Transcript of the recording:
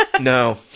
No